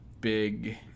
big